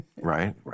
Right